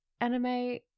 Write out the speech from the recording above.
anime